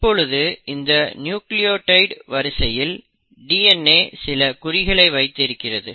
இப்பொழுது இந்த நியூக்ளியோடைட் வரிசையில் DNA சில குறிகளை வைத்து இருக்கிறது